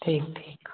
ठीक ठीक